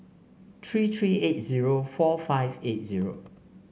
three three eight zero four five eight zero